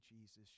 Jesus